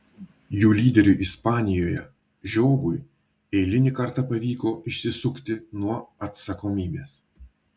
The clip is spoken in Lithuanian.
jų lyderiui ispanijoje žiogui eilinį kartą pavyko išsisukti nuo atsakomybės